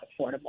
affordable